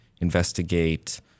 investigate